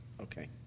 Okay